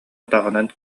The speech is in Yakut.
атаҕынан